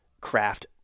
craft